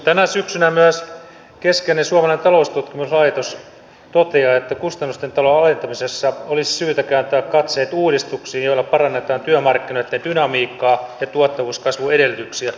tänä syksynä myös keskeinen suomalainen taloustutkimuslaitos on todennut että kustannusten alentamisesta olisi syytä kääntää katseet uudistuksiin joilla parannetaan työmarkkinoitten dynamiikkaa ja tuottavuuskasvun edellytyksiä